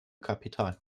kapital